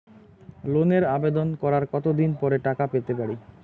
লোনের আবেদন করার কত দিন পরে টাকা পেতে পারি?